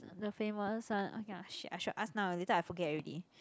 the famous one okay ah shit I should ask now later I forget already